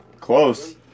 Close